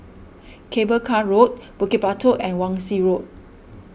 Cable Car Road Bukit Batok and Wan Shih Road